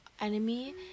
enemy